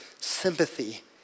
sympathy